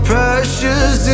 Precious